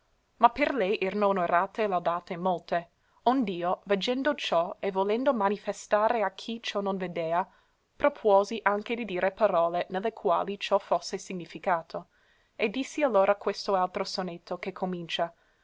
ma per lei erano onorate e laudate molte ond'io veggendo ciò e volendo manifestare a chi ciò non vedea propuosi anche di dire parole ne le quali ciò fosse significato e dissi allora questo altro sonetto che comincia